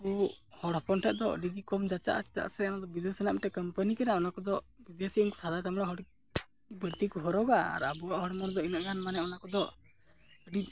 ᱟᱵᱚ ᱦᱚᱲ ᱦᱚᱯᱚᱱ ᱴᱷᱮᱱᱫᱚ ᱟᱹᱰᱤᱜᱮ ᱠᱚᱢ ᱡᱟᱪᱟᱜᱼᱟ ᱪᱮᱫᱟᱜ ᱥᱮ ᱚᱱᱟᱫᱚ ᱵᱤᱫᱮᱥ ᱨᱮᱱᱟᱜ ᱢᱤᱫᱴᱮᱱ ᱠᱳᱢᱯᱟᱱᱤ ᱠᱟᱱᱟ ᱚᱱᱟ ᱠᱚᱫᱚ ᱵᱤᱫᱮᱥᱤ ᱥᱟᱫᱟ ᱪᱟᱢᱲᱟ ᱦᱚᱲ ᱵᱟᱹᱲᱛᱤᱠᱚ ᱦᱚᱨᱚᱜᱟ ᱟᱨ ᱟᱵᱚᱣᱟᱜ ᱦᱚᱲᱢᱚ ᱨᱮᱫᱚ ᱤᱱᱟᱹᱜ ᱜᱟᱱ ᱢᱟᱱᱮ ᱚᱱᱟ ᱠᱚᱫᱚ ᱟᱹᱰᱤ